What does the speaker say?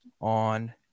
on